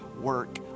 work